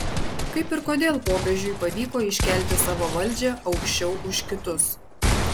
kaip ir kodėl popiežiui pavyko iškelti savo valdžią aukščiau už kitus